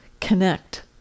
Connect